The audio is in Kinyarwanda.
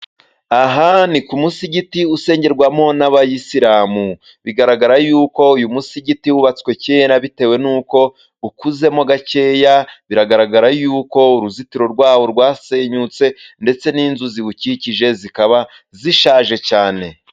Aha ni ku musigiti usengerwamo n'Abayisilamu , bigaragara y'uko uyu musigiti wubatswe kera , bitewe n'uko ukuzemo gakeya . Biragaragara y'uko uruzitiro rwawo rwasenyutse ndetse n'inzu ziwukikije zikaba zishaje cyane.